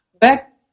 back